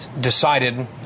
decided